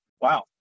Wow